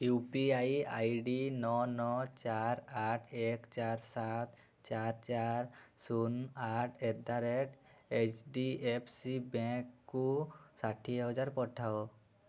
you P I I D ନଅ ନଅ ଚାର ଆଠ ଏକ ଚାର ସାତ ଚାର ଚାର ଶୂନ ଆଠ at the rate H D F C ବ୍ୟାଙ୍କ୍କୁ ଷାଠିଏହଜାର ପଠାଅ